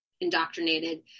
indoctrinated